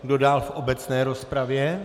Kdo dál v obecné rozpravě?